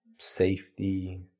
Safety